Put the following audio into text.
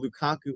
Lukaku